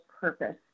purpose